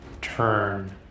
turn